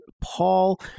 Paul